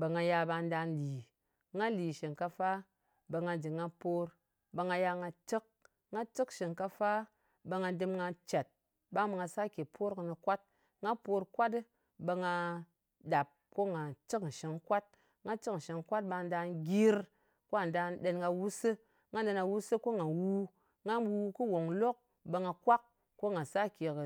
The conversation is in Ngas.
Ɓe nga yal ɓa nɗa lì. Nga lì shingkafa, ɓe nga jɨ nga por. Ɓe nga ya nga cɨk. Nga cɨk shingkafa, ɓe nga dɨm nga cèt, ɓang ɓe nga sake por kɨnɨ kwat. Nga por kwat ɗɨ, ɓe nga ɗap ko nga cɨk nshɨng kwat. Nga cɨk nshɨng kwat ɓa nɗa gyir kwà nɗa ɗen ka wusiɨ. Nga ɗen ka wusɨ ko ngà wu. Nga wu, kɨ ong lok, ɓe nga kwak, ko nga sake kɨ